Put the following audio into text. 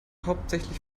hauptsächlich